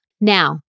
Now